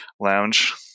lounge